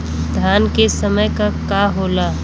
धान के समय का का होला?